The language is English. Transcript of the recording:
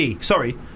sorry